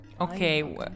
Okay